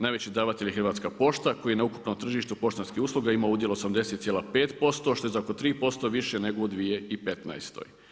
Najveći davatelj je Hrvatska pošta koji na ukupnom tržištu poštanskih usluga ima udjel 80,5% što je za oko 3% više nego u 2015.